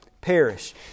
perish